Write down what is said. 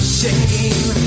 shame